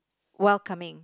welcoming